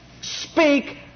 Speak